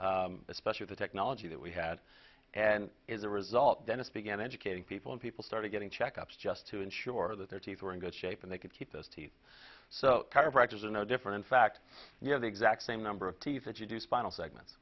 silly especially the technology that we had and is a result dentist began educating people and people started getting checkups just to ensure that their teeth were in good shape and they could keep those teeth so chiropractors are no different in fact you have the exact same number of teeth that you do spinal segments